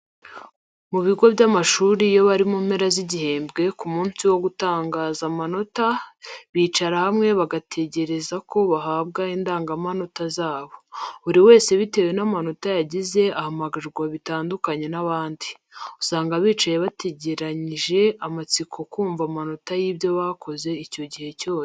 Mu bigo by'amashuri iyo bari mu mpera z'igihembwe ku munsi wo gutangaza amanota, bicara hamwe bagategereza ko bahabwa indangamanota zabo. Buri wese bitewe n'amanota yagize ahamagarwa bitandukanye n'abandi. Usanga bicaye bategereranyije amatsiko kumva amanota y'ibyo bakoze icyo gihe cyose.